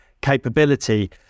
capability